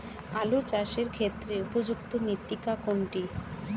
আলু চাষের ক্ষেত্রে উপযুক্ত মৃত্তিকা কোনটি?